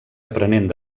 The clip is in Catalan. aprenent